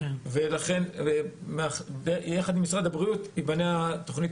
ולכן יחד עם משרד הבריאות תיבנה התוכנית